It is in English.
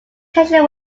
tension